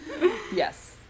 Yes